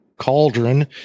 cauldron